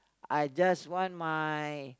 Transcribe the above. I just want my